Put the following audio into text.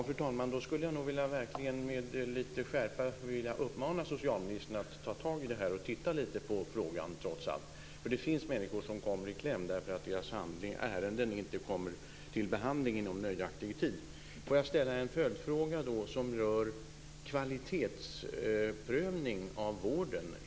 Fru talman! Då skulle jag nog med lite skärpa vilja uppmana socialministern att ta tag i det här och trots allt titta lite på frågan. Det finns nämligen människor som kommer i kläm därför att deras ärenden inte kommer till behandling inom nöjaktig tid. Låt mig då ställa en följdfråga som rör kvalitetsprövning av vården.